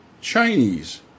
Chinese